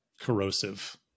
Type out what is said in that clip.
corrosive